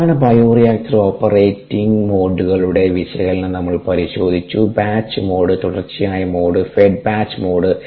സാധാരണ bioreactor operating മോഡുകളുടെ വിശകലനം നമ്മൾ പരിശോധിച്ചു ബാച്ച് മോഡ് തുടർച്ചയായ മോഡ് ഫെഡ് ബാച്ച് മോഡ്